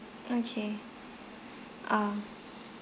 okay um